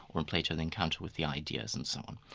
or in plato, the encounter with the ideas and so on.